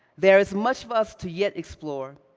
there is much for us to yet explore